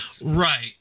Right